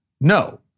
No